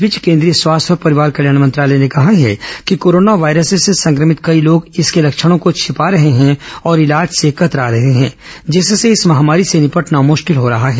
इस बीच केंद्रीय स्वास्थ्य और परिवार कल्याण मंत्रालय ने कहा है कि कोरोना वायरस से संक्रमित कई लोग इसके लक्षणों को छिपा रहे हैं और इलाज से कतरा रहे हैं जिससे इस महामारी से निपटना मुश्किल हो रहा है